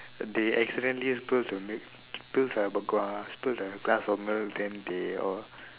they accidentally spill the milk spill the glass spill the glass of milk then they all